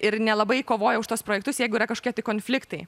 ir nelabai kovoja už tuos projektus jeigu yra kažkokie tai konfliktai